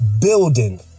building